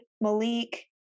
Malik